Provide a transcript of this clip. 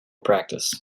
practice